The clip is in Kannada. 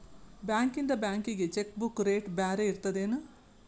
ಬಾಂಕ್ಯಿಂದ ಬ್ಯಾಂಕಿಗಿ ಚೆಕ್ ಬುಕ್ ರೇಟ್ ಬ್ಯಾರೆ ಇರ್ತದೇನ್